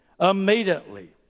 immediately